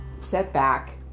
setback